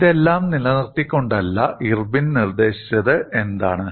ഇതെല്ലാം നിലനിർത്തിക്കൊണ്ടല്ല ഇർവിൻ നിർദ്ദേശിച്ചത് എന്താണ്